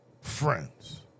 Friends